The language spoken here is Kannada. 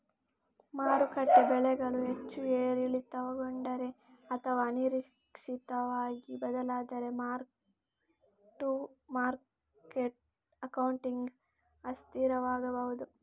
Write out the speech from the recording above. ಮಾರುಕಟ್ಟೆ ಬೆಲೆಗಳು ಹೆಚ್ಚು ಏರಿಳಿತಗೊಂಡರೆ ಅಥವಾ ಅನಿರೀಕ್ಷಿತವಾಗಿ ಬದಲಾದರೆ ಮಾರ್ಕ್ ಟು ಮಾರ್ಕೆಟ್ ಅಕೌಂಟಿಂಗ್ ಅಸ್ಥಿರವಾಗಬಹುದು